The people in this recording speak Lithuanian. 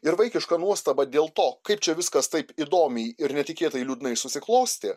ir vaikiška nuostaba dėl to kaip čia viskas taip įdomiai ir netikėtai liūdnai susiklostė